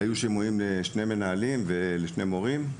היו שימועים לשני מנהלים ולשני מורים.